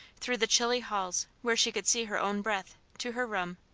through the chilly halls where she could see her own breath, to her room.